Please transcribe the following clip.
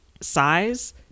size